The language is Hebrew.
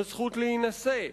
בזכות להינשא,